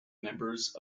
members